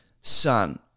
Son